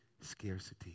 scarcity